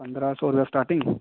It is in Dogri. पंदरां सौ रपेआ स्टार्टिंग